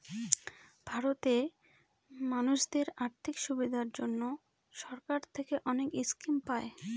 ভারতে মানুষদের আর্থিক সুবিধার জন্য সরকার থেকে অনেক স্কিম পায়